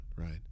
right